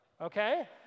okay